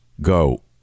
go